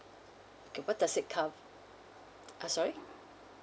okay what does it cov~ uh sorry